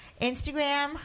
Instagram